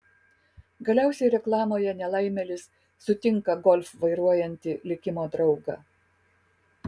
galiausiai reklamoje nelaimėlis sutinka golf vairuojantį likimo draugą